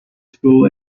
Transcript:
school